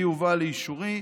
והיא הובאה לאישורי,